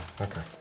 Okay